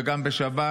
וגם בשבת,